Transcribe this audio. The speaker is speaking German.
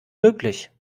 möglich